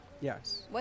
Yes